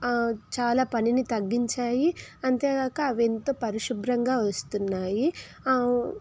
చాలా పనిని తగ్గించాయి అంతేగాక అవి ఎంతో పరిశుభ్రంగా వస్తున్నాయి